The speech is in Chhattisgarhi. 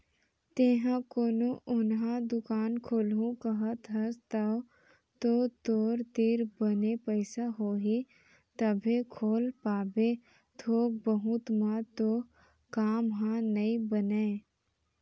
तेंहा कोनो ओन्हा दुकान खोलहूँ कहत हस तव तो तोर तीर बने पइसा होही तभे खोल पाबे थोक बहुत म तो काम ह नइ बनय